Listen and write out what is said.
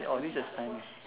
orh this is